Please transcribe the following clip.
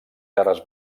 terres